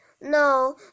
No